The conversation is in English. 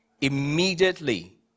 Immediately